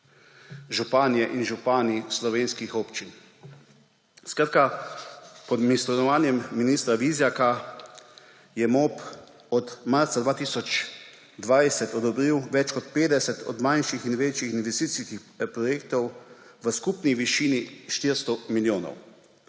županje in župani slovenskih občin. Skratka, pod ministrovanjem ministra Vizjaka je MOP od marca 2020 odobril več kot 50 od manjših in večjih investicijskih projektov v skupni višini 400 milijonov